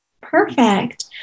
Perfect